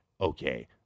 okay